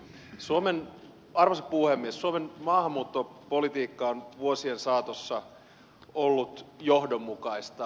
suomen maahanmuuttopolitiikka on vuosien saatossa ollut johdonmukaista